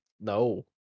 no